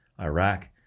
Iraq